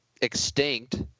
extinct